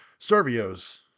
Servios